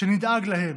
שנדאג להם,